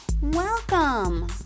Welcome